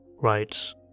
writes